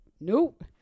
nope